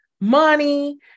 money